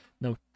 No